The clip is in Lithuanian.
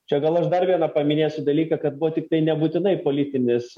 čia gal aš dar vieną paminėsiu dalyką kad buvo tiktai nebūtinai politinis